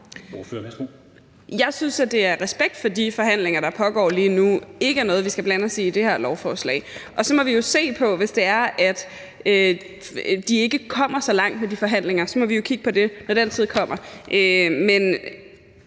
Jeg synes, at det af respekt for de forhandlinger, der pågår lige nu, ikke er noget, vi skal blande os i i forhold til det her lovforslag. Så må vi jo se på det, hvis det er, at de ikke kommer så langt med de forhandlinger. Så må vi jo kigge på det, når den tid kommer. Men